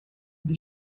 the